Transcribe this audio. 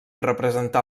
representar